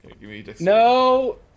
No